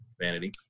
vanity